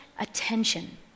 attention